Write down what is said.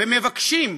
ומבקשים,